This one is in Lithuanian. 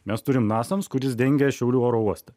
mes turim nasams kuris dengia šiaulių oro uostą